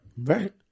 Right